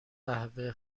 قهوه